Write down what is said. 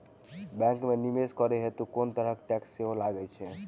Bank मे निवेश करै हेतु कोनो तरहक टैक्स सेहो लागत की?